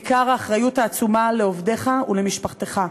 בעיקר האחריות העצומה לעובדיך ולמשפחתך,